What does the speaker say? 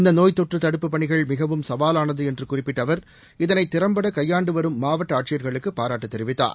இந்த நோய் தொற்று தடுப்புப் பணிகள் மிகவும் சவாலானது என்று குறிப்பிட்ட அவா் இதனை திறம்பட கையாண்டு வரும் மாவட்ட ஆட்சியர்களுக்கு பாராட்டு தெரிவித்தார்